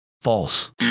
False